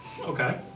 Okay